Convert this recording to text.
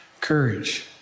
courage